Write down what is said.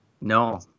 No